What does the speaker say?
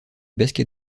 basket